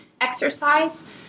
exercise